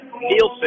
Nielsen